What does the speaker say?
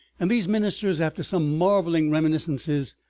and these ministers, after some marveling reminiscences,